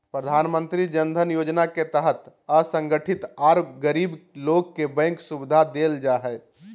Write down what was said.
प्रधानमंत्री जन धन योजना के तहत असंगठित आर गरीब लोग के बैंक सुविधा देल जा हई